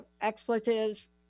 expletives